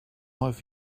over